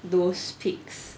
those pigs